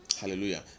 hallelujah